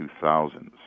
2000s